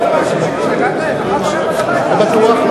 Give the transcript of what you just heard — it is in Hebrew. לא בטוח.